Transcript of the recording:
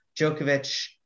Djokovic